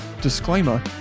disclaimer